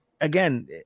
again